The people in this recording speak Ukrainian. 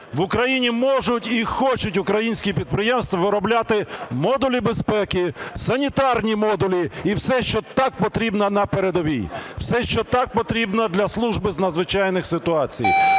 В Україні можуть і хочуть українські підприємства виробляти модулі безпеки, санітарні модулі і все, що так потрібно на передовій, все, що так потрібно для служби з надзвичайних ситуацій